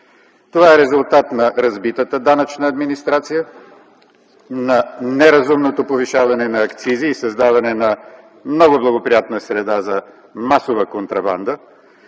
Това е резултат на разбитата данъчна администрация, на неразумното повишаване на акцизи и създаване на много благоприятна среда за масова контрабанда